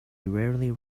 rarely